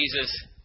Jesus